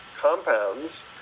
compounds